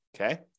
okay